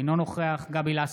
אינו נוכח גבי לסקי,